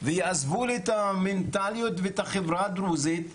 ויעזבו את המנטליות והחברה הדרוזית,